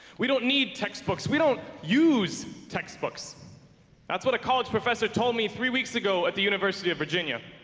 we don't need textbooks. we don't use textbooks that's what a college professor told me three weeks ago at the university of virginia.